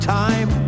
time